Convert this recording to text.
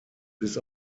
bis